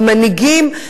המנהיגים,